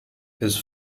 his